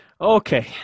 okay